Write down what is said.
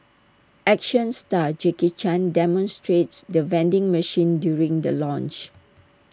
action star Jackie chan demonstrates the vending machine during the launch